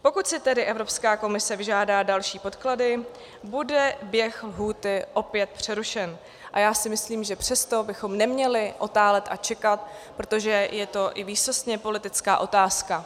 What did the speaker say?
Pokud si tedy Evropská komise vyžádá další podklady, bude běh lhůty opět přerušen a já si myslím, že přesto bychom neměli otálet a čekat, protože je to i výsostně politická otázka.